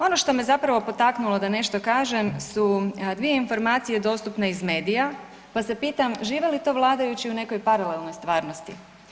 Ono što me zapravo potaknulo da nešto kažem su dvije informacije dostupne iz medija, pa se pitam žive li to vladajući u nekoj paralelnoj stvarnosti?